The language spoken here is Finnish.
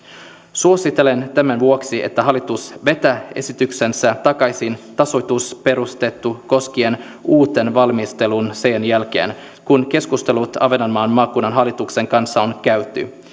suosittelen tämän vuoksi että hallitus vetää esityksensä takaisin tasoitusperustetta koskien uuteen valmisteluun sen jälkeen kun keskustelut ahvenanmaan maakunnan hallituksen kanssa on käyty